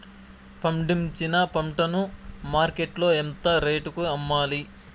పండించిన పంట ను మార్కెట్ లో ఎంత రేటుకి అమ్మాలి?